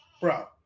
bro